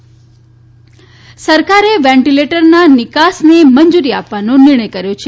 સરકાર વેન્ટીલેટર સરકારે વેન્ટીલેટરના નિકાસને મંજૂરી આપવાનો નિર્ણય કર્યો છે